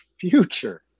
future